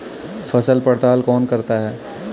फसल पड़ताल कौन करता है?